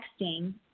texting